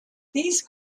these